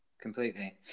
Completely